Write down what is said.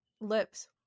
lips